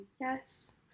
Yes